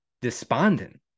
despondent